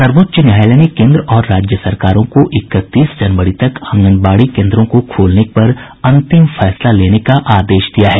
सर्वोच्च न्यायालय ने केन्द्र और राज्य सरकारों को इकतीस जनवरी तक आंगनबाड़ी केन्द्रों को खोलने पर अंतिम फैसला लेने का आदेश दिया है